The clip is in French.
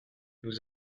nous